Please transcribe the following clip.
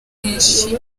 benshi